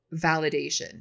validation